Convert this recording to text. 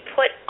put